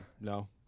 No